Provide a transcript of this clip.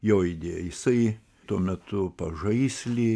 jo idėja jisai tuo metu pažaisly